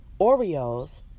Oreos